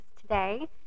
today